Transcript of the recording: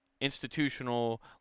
institutional